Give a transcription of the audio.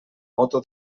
moto